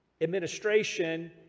administration